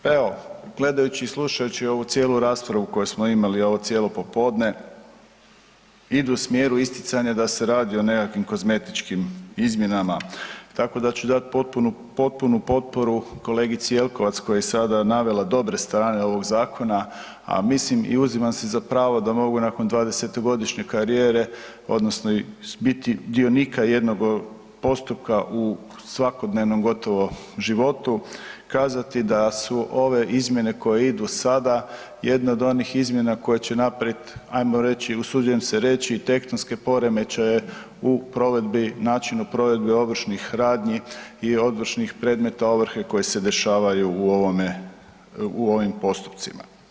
Pa evo, gledajući i slušajući ovu cijelu raspravu koju smo imali ovo cijelo popodne, idu u smjeru isticanja da se radi o nekakvim kozmetičkim izmjenama tako da ću dat potpunu potporu kolegici Jelkovac koja je sada navela dobre strane ovog zakona a mislim i uzimam si za pravo da mogu nakon 20—godišnje karijere odnosno biti dionika jednog postupka u svakodnevnom gotovo životu, kazati da su ove izmjene koje idu sada jedne od onih izmjena koje će napravit ajmo reći, usuđujem se reć, tektonske poremećaje u provedbi i načinu provedbe ovršnih radnji i ovršnih predmeta ovrhe koje se dešavaju u ovim postupcima.